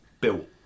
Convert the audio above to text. built